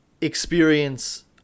experience